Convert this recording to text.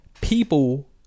people